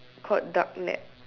called dark net